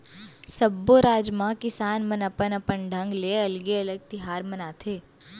सब्बो राज म किसान मन अपन अपन ढंग ले अलगे अलगे तिहार मनाथे